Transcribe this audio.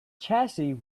chassis